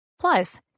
Plus